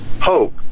Hope